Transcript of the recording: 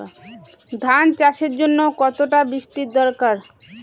ধান চাষের জন্য কতটা বৃষ্টির দরকার?